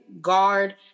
guard